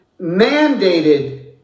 mandated